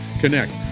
connect